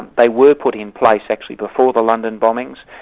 they were put in place actually before the london bombings,